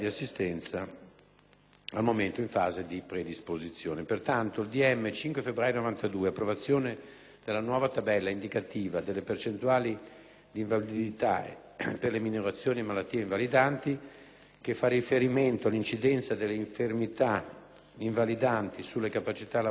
del 5 febbraio 1992, recante «Approvazione della nuova tabella indicativa delle percentuali d'invalidità per le minorazioni e malattie invalidanti», che fa riferimento alla incidenza delle infermità invalidanti sulle capacità lavorative, prevede